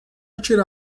tirar